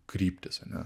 kryptys ane